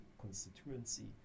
constituency